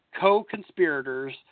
co-conspirators